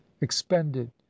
expended